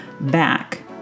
back